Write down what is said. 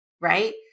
right